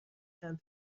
چند